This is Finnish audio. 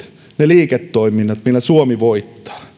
ne liiketoiminnat millä suomi voittaa